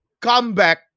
comeback